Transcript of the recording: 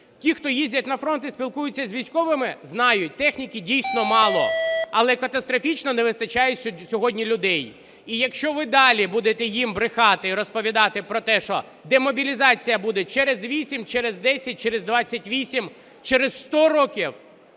Ті, хто їздять на фронт і спілкуються з військовими, знають, техніки дійсно мало, але катастрофічно не вистачає сьогодні людей. І якщо ви далі будете їм брехати і розповідати про те, що демобілізація буде через 8, через 10, через 28, через 100 років,